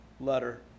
letter